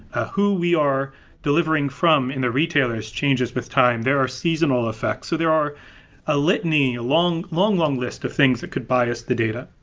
who we are delivering from and the retailers changes with time. there are seasonal effects. so there are a litany, a long long list of things that could bias the data.